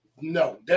No